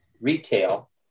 retail